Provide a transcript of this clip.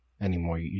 anymore